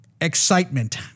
excitement